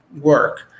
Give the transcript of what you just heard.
work